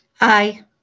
Aye